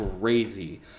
Crazy